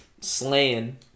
slaying